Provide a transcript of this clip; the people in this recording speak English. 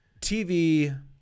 TV